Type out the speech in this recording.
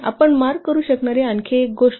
आपण मार्क करू शकणारी आणखी एक गोष्ट